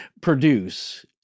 produce